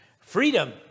Freedom